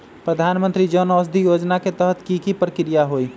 प्रधानमंत्री जन औषधि योजना के तहत की की प्रक्रिया होई?